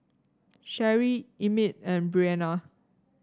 Sherie Emmit and Breana